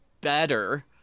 better